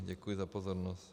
Děkuji za pozornost.